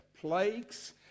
plagues